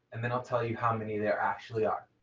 and then i'll tell you how many there actually are.